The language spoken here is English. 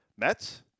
Mets